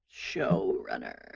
showrunner